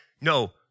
No